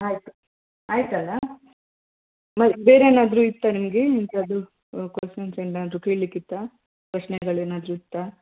ಆಯಿತು ಆಯಿತಲ್ಲ ಮತ್ತು ಬೇರೆ ಏನಾದರು ಇತ್ತ ನಿಮಗೆ ಇಂಥದ್ದು ಕೊಷನ್ಸ್ ಏನಾದರೂ ಕೇಳಲಿಕ್ಕಿತ್ತಾ ಪ್ರಶ್ನೆಗಳು ಏನಾದರು ಇತ್ತಾ